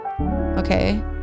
okay